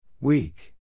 Weak